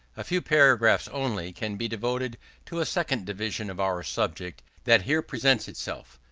a few paragraphs only, can be devoted to a second division of our subject that here presents itself.